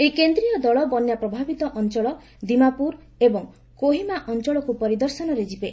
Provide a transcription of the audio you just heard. ଏହି କେନ୍ଦୀୟ ଦଳ ବନ୍ୟା ପ୍ରଭାବିତ ଅଞ୍ଚଳ ଦିମାପ୍ରର ଏବଂ କୋହିମା ଅଞ୍ଚଳକ୍ ପରିଦର୍ଶନରେ ଯିବେ